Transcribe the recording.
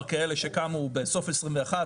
כאלה שכאלה שקמו בסוף 2021,